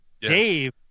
dave